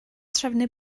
trefnu